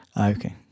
Okay